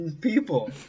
people